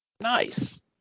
Nice